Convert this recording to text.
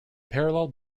parallel